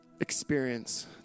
experience